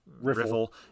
riffle